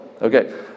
Okay